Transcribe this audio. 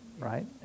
right